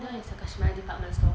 that [one] is takashimaya department store